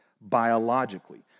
biologically